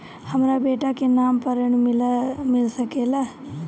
हमरा बेटा के नाम पर ऋण मिल सकेला?